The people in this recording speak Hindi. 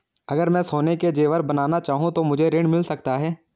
अगर मैं सोने के ज़ेवर बनाना चाहूं तो मुझे ऋण मिल सकता है?